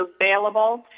available